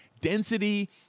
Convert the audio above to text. Density